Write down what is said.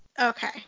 Okay